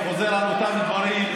וחוזר על אותם דברים,